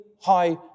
high